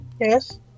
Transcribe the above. Yes